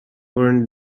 warrant